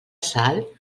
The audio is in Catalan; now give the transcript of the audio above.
salt